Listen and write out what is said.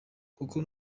kuko